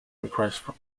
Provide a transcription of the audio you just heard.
requested